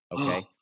Okay